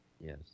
Yes